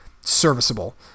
serviceable